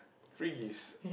free gifts